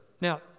Now